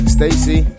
Stacy